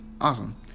Awesome